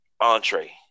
entree